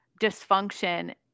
dysfunction